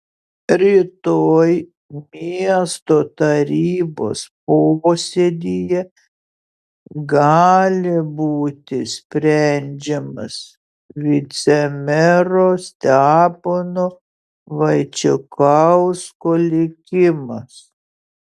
rytoj miesto tarybos posėdyje gali būti sprendžiamas vicemero stepono vaičikausko likimas